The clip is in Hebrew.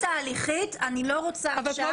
בסדר.